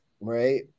Right